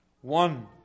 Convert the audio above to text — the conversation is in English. one